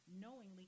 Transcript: knowingly